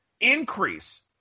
increase